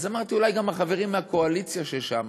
אז אמרתי: אולי גם החברים מהקואליציה ששם